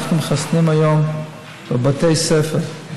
אנחנו מחסנים היום בבתי ספר.